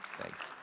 thanks